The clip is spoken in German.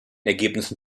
ergebnissen